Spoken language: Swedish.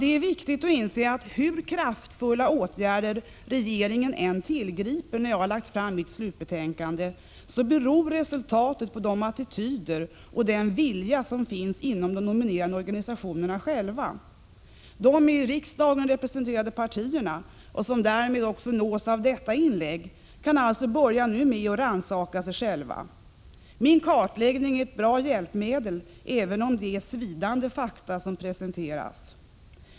Det är viktigt att inse att oavsett hur kraftfulla åtgärder regeringen tillgriper när jag har lagt fram mitt slutbetänkande, beror resultatet på de attityder och den vilja som finns inom de nominerande organisationerna. De i riksdagen representerade partierna, och som därmed nås också av detta inlägg, kan alltså nu börja med att rannsaka sig själva. Min kartläggning är ett bra hjälpmedel, även om det är svidande fakta som presenteras.